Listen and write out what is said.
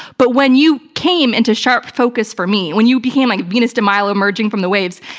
but when you came into sharp focus for me, when you became like venus de milo emerging from the waves,